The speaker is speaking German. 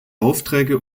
aufträge